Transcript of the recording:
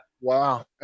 wow